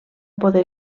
poder